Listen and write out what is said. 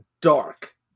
dark